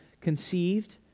conceived